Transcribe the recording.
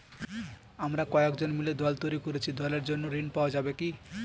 আমরা কয়েকজন মিলে দল তৈরি করেছি দলের জন্য ঋণ পাওয়া যাবে কি?